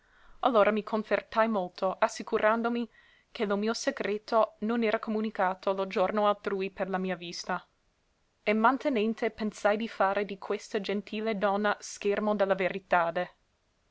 allora mi confortai molto assicurandomi che lo mio secreto non era comunicato lo giorno altrui per mia vista e mantenente pensai di fare di questa gentile donna schermo de la veritade